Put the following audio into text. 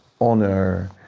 honor